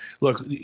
look –